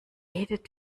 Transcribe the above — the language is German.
redet